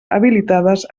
habilitades